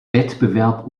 wettbewerb